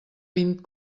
vint